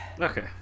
Okay